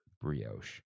brioche